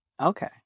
Okay